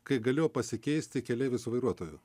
kai galėjo pasikeisti keleivis su vairuotoju